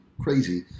crazy